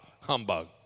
humbug